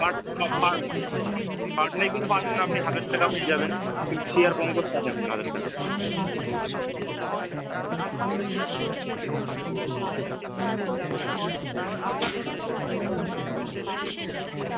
part part part নেই শুধু পাবেন না আপনি হাজার টাকা পেয়ে যাবেন সিয়ার পঙ্কজ পাবেন হাজার টাকা